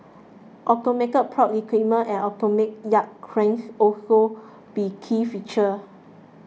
automated port equipment and automated yard cranes also be key features